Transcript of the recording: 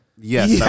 Yes